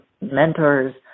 mentors